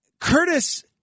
Curtis